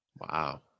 Wow